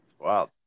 Wow